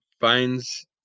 finds